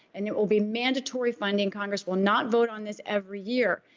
and it will be mandatory funding. congress will not vote on this every year.